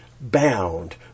bound